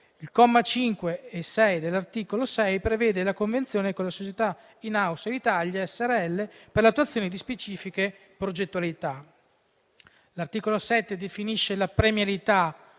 I commi 5 e 6 dell'articolo 6 prevedono la convenzione con la società *in house* Eutalia Srl per l'attuazione di specifiche progettualità. L'articolo 7 definisce la premialità